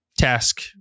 task